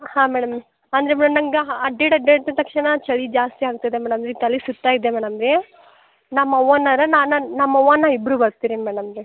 ಹಾಂ ಮೇಡಮ್ ಅಂದರೆ ಮೇಡಮ್ ನಂಗೆ ಅಡ್ಡೆಡ್ ಅಡ್ಡೆಡ್ ತಕ್ಷಣ ಚಳಿ ಜಾಸ್ತಿ ಆಗ್ತದ ಮೇಡಮ್ ರೀ ತಲೆ ಸುತ್ತಾಯಿದೆ ಮೇಡಮ್ ರೀ ನಮ್ಮ ಅವ್ವನರ ನಾನು ನಮ್ಮವ್ವನ ಇಬ್ಬರು ಬರ್ತೀವಿ ಮೇಡಮ್ ರೀ